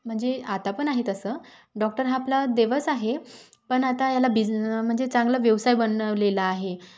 म्हणजे आता पण आहे तसं डॉक्टर हा आपला देवच आहे पण आता याला बिज म्हणजे चांगला व्यवसाय बनवलेला आहे